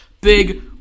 big